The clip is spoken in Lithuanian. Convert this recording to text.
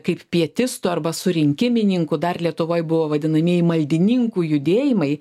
kaip pietistų arba surinkimininkų dar lietuvoj buvo vadinamieji maldininkų judėjimai